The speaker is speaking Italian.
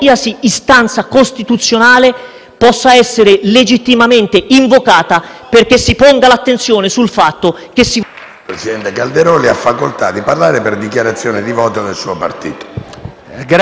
Quindi i numeri sono dalla nostra parte, non ci sono santi. Questa è una legge che secondo me va non approvata, di più, va stra-approvata,